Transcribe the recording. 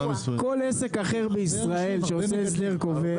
כל עסק אחר בישראל שעושה הסדר כובל,